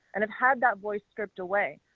and it had that voice stripped away.